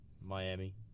Miami